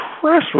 press